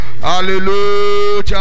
hallelujah